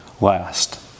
last